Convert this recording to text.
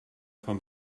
van